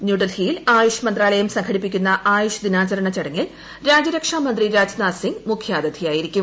ന്യൂഡൽഹിയിൽ ആയുഷ് മന്ത്രാലയം സംഘടിപ്പിക്കുന്ന ആയുഷ് ദിനാചരണ ചടങ്ങിൽ രാജ്യരക്ഷാമന്ത്രി രാജ്നാഥ് സിങ് മുഖ്യാതിഥിയായിരിക്കും